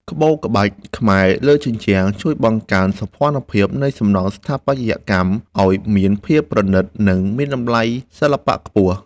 ក្បូរក្បាច់ខ្មែរលើជញ្ជាំងជួយបង្កើនសោភ័ណភាពនៃសំណង់ស្ថាបត្យកម្មឱ្យមានភាពប្រណីត និងមានតម្លៃសិល្បៈខ្ពស់។